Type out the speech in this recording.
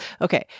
Okay